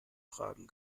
fragen